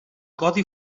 codi